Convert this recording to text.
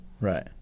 right